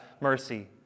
mercy